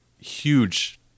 Huge